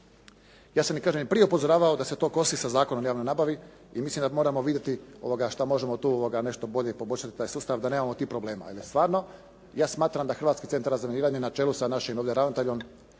Ja sam kažem i prije upozoravao da se to kosi sa Zakonom o javnoj nabavi i mislim da moramo vidjeti šta možemo tu nešto bolje i poboljšati taj sustav da nemamo tih problema. Jer stvarno, ja smatram da Hrvatski centar za razminiranje na čelu sa našim ovdje ravnateljem